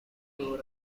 دور